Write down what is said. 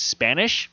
Spanish